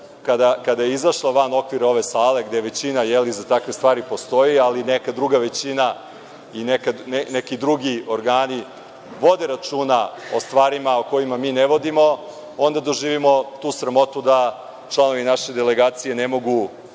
kada je izašla van okvira ove sale, gde većina za takve stvari postoji, ali neka druga većina i neki drugi organi vode računa o stvarima o kojima mi ne vodimo, onda doživimo tu sramotu da članovi naše delegacije ne mogu